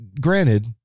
granted